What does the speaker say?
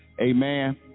Amen